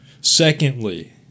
Secondly